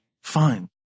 fine